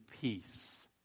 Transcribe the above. peace